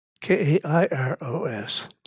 K-A-I-R-O-S